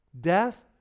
death